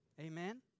Amen